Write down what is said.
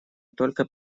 только